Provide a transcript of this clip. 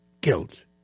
guilt